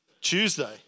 Tuesday